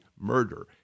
murder